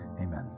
amen